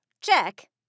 check